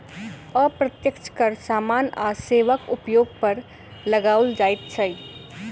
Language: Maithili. अप्रत्यक्ष कर सामान आ सेवाक उपयोग पर लगाओल जाइत छै